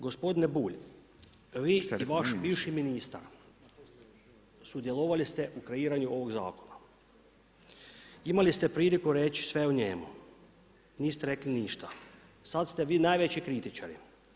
Gospodine Bulj, vi i vaš bivši ministar sudjelovali ste u kreiranju ovog zakona, imali ste priliku reći sve o njemu, niste ništa, sada ste vi najveći kritičari.